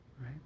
right